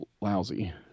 lousy